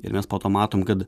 ir mes po to matom kad